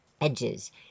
edges